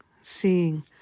seeing